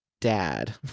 dad